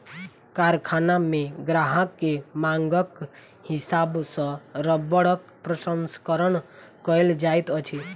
कारखाना मे ग्राहक के मांगक हिसाब सॅ रबड़क प्रसंस्करण कयल जाइत अछि